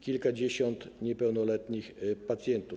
kilkadziesiąt niepełnoletnich pacjentów.